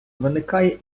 виникає